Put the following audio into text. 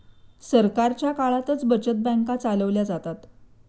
सरकारच्या काळातच बचत बँका चालवल्या जातात